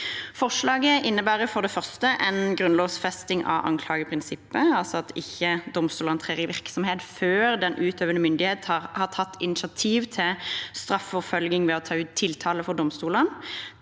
for det første en grunnlovfesting av anklageprinsippet, altså at domstolene ikke trer i virksomhet før den utøvende myndighet har tatt initiativ til straffeforfølgning ved å ta ut tiltale for domstolene.